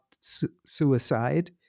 suicide